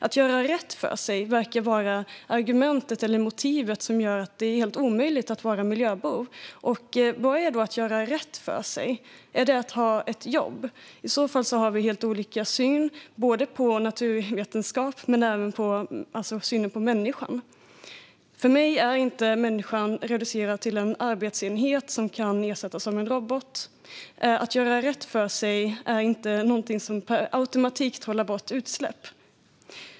Att göra rätt för sig verkar vara argumentet eller motivet för att det är helt omöjligt att vara miljöbov. Vad är då att göra rätt för sig? Är det att ha ett jobb? I så fall har vi helt olika syn på naturvetenskap men även på människan. För mig är människan inte reducerad till en arbetsenhet som kan ersättas av en robot. Att göra rätt för sig är inte någonting som per automatik trollar bort utsläpp.